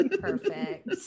perfect